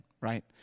right